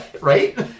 Right